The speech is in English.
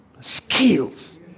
skills